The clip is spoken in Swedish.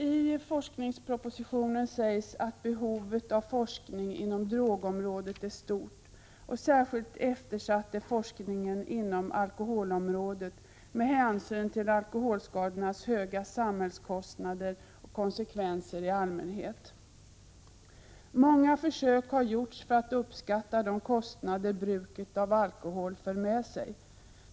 I forskningspropositionen sägs att behovet av forskning inom drogområdet är stort, och särskilt eftersatt är forskningen inom alkoholområdet med hänsyn till alkoholskadornas höga samhällskostnader och konsekvenser i allmänhet. Många försök har gjorts för att uppskatta de kostnader bruket av alkohol för med sig.